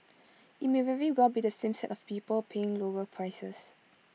IT may very well be the same set of people paying lower prices